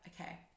okay